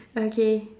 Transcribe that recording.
okay